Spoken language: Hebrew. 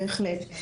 בהחלט.